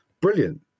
brilliant